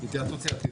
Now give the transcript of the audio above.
התייעצות סיעתית.